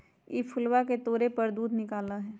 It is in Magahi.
ई फूलवा के तोड़े पर दूध निकला हई